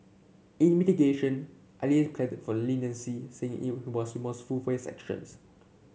in mitigation Ali pleaded for leniency saying he was remorseful for sections